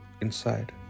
inside